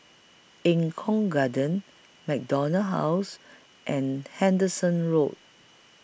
Eng Kong Garden MacDonald House and Henderson Road